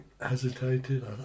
hesitated